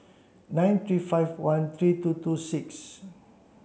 nine three five one three two two six